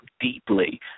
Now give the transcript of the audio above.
deeply